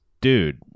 dude